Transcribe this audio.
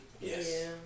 Yes